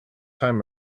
time